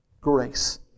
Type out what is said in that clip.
grace